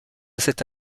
cette